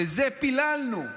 שלזה פיללנו.